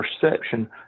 perception